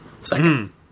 second